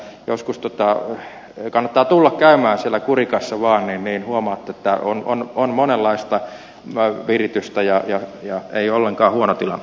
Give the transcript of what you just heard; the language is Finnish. joskus kannattaa tulla käymään siellä kurikassa niin huomaatte että on monenlaista viritystä ja ei ollenkaan huono tilanne